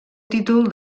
títol